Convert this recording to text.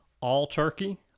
all-turkey